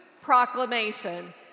proclamation